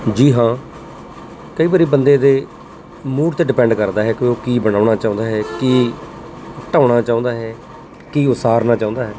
ਜੀ ਹਾਂ ਕਈ ਵਾਰੀ ਬੰਦੇ ਦੇ ਮੂੜ 'ਤੇ ਡਿਪੈਂਡ ਕਰਦਾ ਹੈ ਕਿ ਉਹ ਕੀ ਬਣਾਉਣਾ ਚਾਹੁੰਦਾ ਹੈ ਕੀ ਢਾਹੁਣਾ ਚਾਹੁੰਦਾ ਹੈ ਕੀ ਉਸਾਰਨਾ ਚਾਹੁੰਦਾ ਹੈ